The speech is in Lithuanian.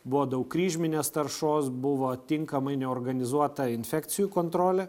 buvo daug kryžminės taršos buvo tinkamai neorganizuota infekcijų kontrolė